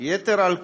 יתר על כן,